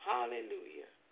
Hallelujah